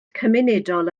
cymunedol